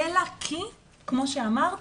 אלא כי כמו שאמרת,